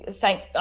thank